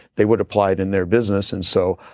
they would apply it in their business. and so,